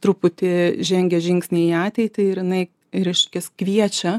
truputį žengia žingsnį į ateitį ir jinai reiškias kviečia